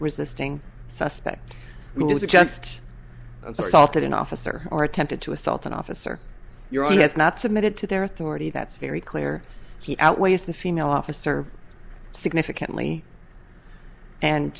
resisting suspect music just assaulted an officer or attempted to assault an officer your aunt has not submitted to their authority that's very clear he outweighs the female officer significantly and